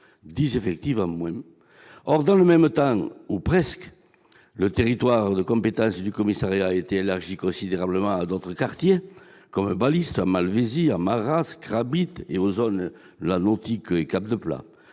10 effectifs en moins ! Or dans le même temps, ou presque, le territoire de compétence du commissariat a été élargi considérablement à d'autres quartiers, comme Baliste, Malvézy, Amarats, Crabit et aux zones La Nautique et Cap de Pla